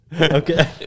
Okay